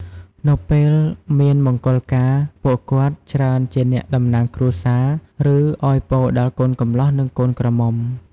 នៅពេលមានមង្គលការ ពួកគាត់ច្រើនជាអ្នកតំណាងគ្រួសារ ឬឱ្យពរដល់កូនកម្លាះ និងកូនក្រមុំ។